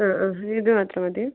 അ ആ ഇത് മാത്രം മതി